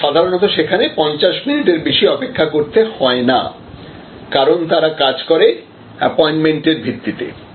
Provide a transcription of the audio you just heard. এবং সাধারণত সেখানে 50 মিনিটের বেশি অপেক্ষা করতে হয় না কারণ তারা কাজ করে অ্যাপোয়েন্টমেন্ট এর ভিত্তিতে